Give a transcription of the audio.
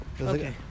Okay